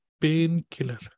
painkiller